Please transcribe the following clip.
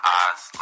eyes